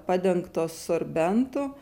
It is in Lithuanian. padengtos sorbentu